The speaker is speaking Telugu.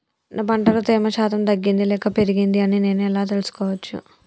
నా పంట లో తేమ శాతం తగ్గింది లేక పెరిగింది అని నేను ఎలా తెలుసుకోవచ్చు?